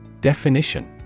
Definition